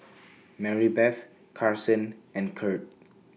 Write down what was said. Marybeth Carsen and Curt